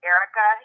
Erica